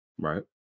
right